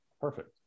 Perfect